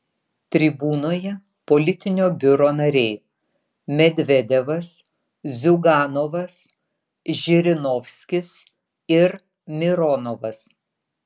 tribūnoje politinio biuro nariai medvedevas ziuganovas žirinovskis ir mironovas